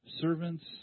servants